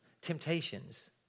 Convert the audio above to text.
temptations